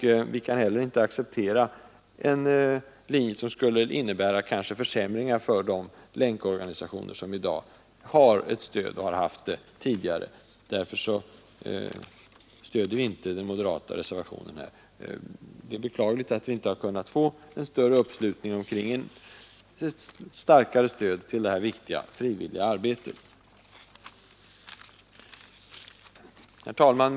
Vi kan heller inte acceptera en linje som kanske skulle innebära försämringar för de länkorganisationer som i dag har bidrag och har haft det tidigare. Därför stöder vi inte den moderata reservationen. Det är beklagligt att vi inte har kunnat få en större uppslutning omkring ett starkare stöd till detta viktiga frivilliga arbete. Herr talman!